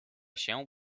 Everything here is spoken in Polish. się